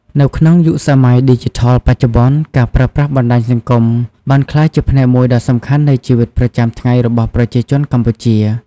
នៅក្នុងយុគសម័យឌីជីថលបច្ចុប្បន្ន ការប្រើប្រាស់បណ្ដាញសង្គមបានក្លាយជាផ្នែកមួយដ៏សំខាន់នៃជីវិតប្រចាំថ្ងៃរបស់ប្រជាជនកម្ពុជា។